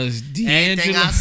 D'Angelo